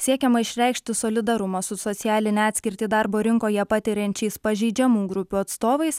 siekiama išreikšti solidarumą su socialinę atskirtį darbo rinkoje patiriančiais pažeidžiamų grupių atstovais